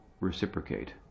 reciprocate